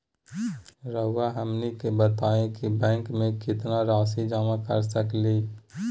रहुआ हमनी के बताएं कि बैंक में कितना रासि जमा कर सके ली?